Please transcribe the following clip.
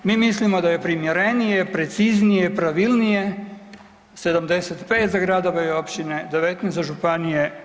Mi mislimo da je primjerenije, preciznije, pravilnije 75 za gradove i općine, 19 za županije.